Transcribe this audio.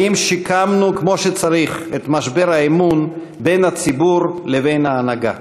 האם שיקמנו כמו שצריך את משבר האמון בין הציבור לבין הנהגה?